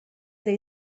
they